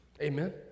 Amen